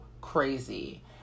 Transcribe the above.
crazy